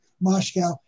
Moscow